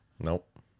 Nope